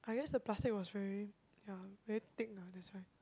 I guess the plastic was very yeah very thick ah that's why